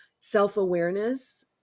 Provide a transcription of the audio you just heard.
self-awareness